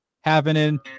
happening